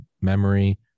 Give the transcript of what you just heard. memory